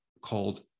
called